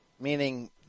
meaning